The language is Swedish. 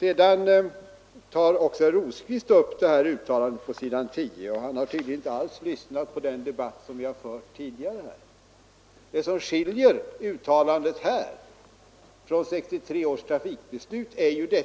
Sedan tar också herr Rosqvist upp uttalandet på s. 10. Han har tydligen inte alls lyssnat på den debatt som vi har fört tidigare här. Det som skiljer uttalandet från 1963 års trafikbeslut är ju